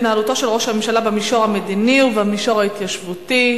התנהלותו של ראש הממשלה במישור המדיני ובמישור ההתיישבותי.